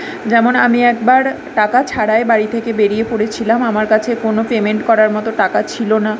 যেমন আমি একবার টাকা ছাড়াই বাড়ি থেকে বেরিয়ে পড়েছিলাম আমার কাছে কোনও পেমেন্ট করার মতো টাকা ছিলো না